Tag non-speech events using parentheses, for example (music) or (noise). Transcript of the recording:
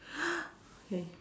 (noise) K